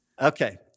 Okay